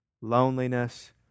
Loneliness